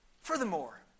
Furthermore